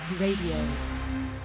Radio